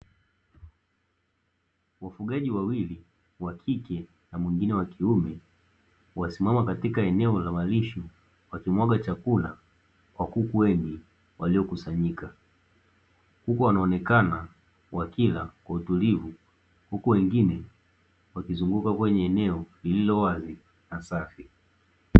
Wafugaji wawili wakike na mwingine wakiume wamesimama katika eneo la malisho wakimwaga chakula kwa kuku wengi waliokusanyika, huku wanaonekana wakila kwa utulivu huku wengine wakizunguka kwenye eneo lililowazi na safi.